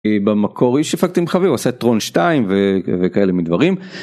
במקור שהפקתי עם חבר הוא עשה את טרון 2 וכאלה מדברים.